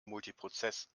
multiprozess